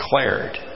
declared